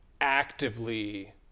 actively